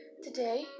Today